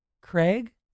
Craig